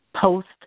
post